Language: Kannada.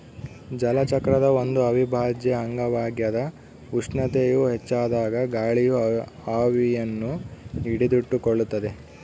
ಜಲಚಕ್ರದ ಒಂದು ಅವಿಭಾಜ್ಯ ಅಂಗವಾಗ್ಯದ ಉಷ್ಣತೆಯು ಹೆಚ್ಚಾದಾಗ ಗಾಳಿಯು ಆವಿಯನ್ನು ಹಿಡಿದಿಟ್ಟುಕೊಳ್ಳುತ್ತದ